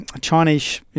Chinese